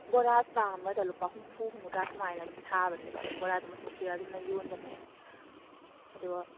ꯕꯣꯔꯥ ꯆꯥꯃꯗ ꯂꯨꯄꯥ ꯍꯨꯝꯐꯨ ꯍꯨꯝꯐꯨꯇꯔꯥ ꯁꯨꯃꯥꯏꯅ ꯑꯗꯨꯝ ꯁꯥꯕꯅꯦꯕ ꯕꯣꯔꯥꯗꯣ ꯃꯁꯤꯡ ꯊꯤꯔ ꯑꯗꯨꯝꯅ ꯌꯣꯟꯕꯅꯦ ꯑꯗꯣ